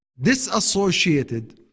disassociated